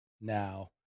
now